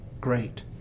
great